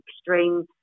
extreme